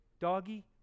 doggy